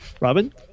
Robin